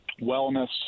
wellness